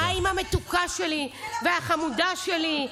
די עם ה"מתוקה שלי" וה"חמודה שלי",